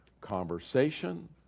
conversation